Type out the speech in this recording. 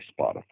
Spotify